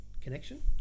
connection